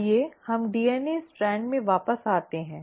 आइए हम इस डीएनए स्ट्रैंड में वापस आते हैं